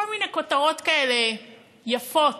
כל מיני כותרות כאלה יפות